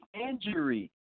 injury